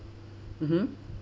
mmhmm